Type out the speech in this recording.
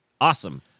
Awesome